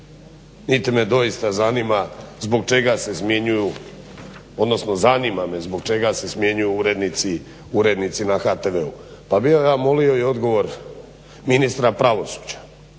odnosno zanima me zbog čega se smjenjuju urednici na HTV-u, pa bih ja molio i odgovor ministra pravosuđa.